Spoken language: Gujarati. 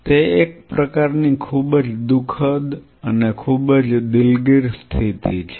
તે એક પ્રકારની ખૂબ જ દુઃખદ અને ખૂબ જ દિલગીર સ્થિતિ છે